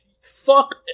fuck